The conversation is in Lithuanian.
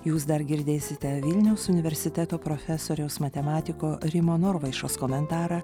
jūs dar girdėsite vilniaus universiteto profesoriaus matematiko rimo norvaišos komentarą